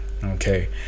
okay